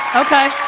okay.